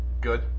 Good